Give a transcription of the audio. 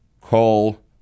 call